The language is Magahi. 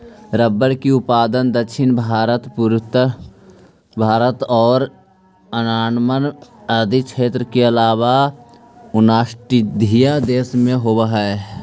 रबर के उत्पादन दक्षिण भारत, पूर्वोत्तर भारत आउ अण्डमान आदि क्षेत्र के अलावा उष्णकटिबंधीय देश में होवऽ हइ